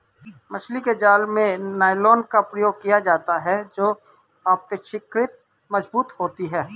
मछली के जाल में नायलॉन का प्रयोग किया जाता है जो अपेक्षाकृत मजबूत होती है